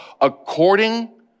according